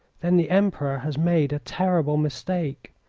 then the emperor has made a terrible mistake!